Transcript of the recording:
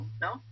No